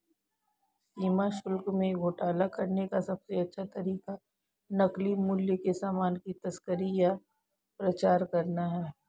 सीमा शुल्क में घोटाला करने का सबसे अच्छा तरीका नकली मूल्य के सामान की तस्करी या प्रचार करना है